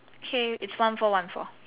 okay it's one four one four